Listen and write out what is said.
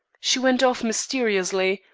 she went off mysteriously,